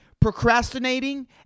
procrastinating